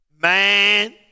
Man